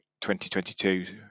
2022